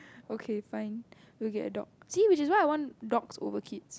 okay fine we will get a dog see which is why I want dogs over kids